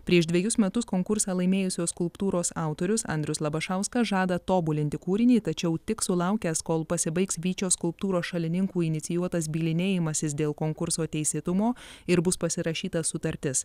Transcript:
prieš dvejus metus konkursą laimėjusios skulptūros autorius andrius labašauskas žada tobulinti kūrinį tačiau tik sulaukęs kol pasibaigs vyčio skulptūros šalininkų inicijuotas bylinėjimasis dėl konkurso teisėtumo ir bus pasirašyta sutartis